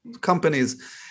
companies